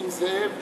שנסים זאב